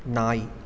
நாய்